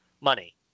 money